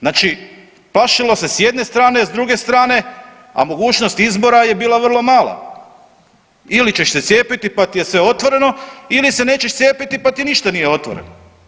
Znači plašilo se s jedne strane, a s druge strane a mogućnost izbora je bila vrlo mala ili ćeš se cijepiti pa ti je sve otvoreno ili se nećeš cijepiti pa ti ništa nije otvoreno.